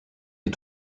die